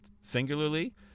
singularly